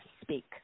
speak